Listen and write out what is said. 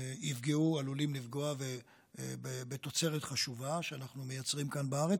עלולים לפגוע בתוצרת חשובה שאנחנו מייצרים כאן בארץ.